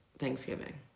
thanksgiving